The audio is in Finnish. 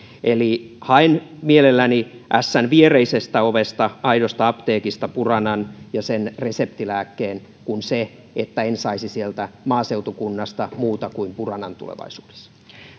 eli mieluummin haen ässän viereisestä ovesta aidosta apteekista buranan ja sen reseptilääkkeen kuin en saisi sieltä maaseutukunnasta muuta kuin buranan tulevaisuudessa